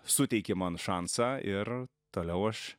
suteikė man šansą ir toliau aš